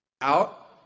out